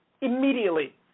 Immediately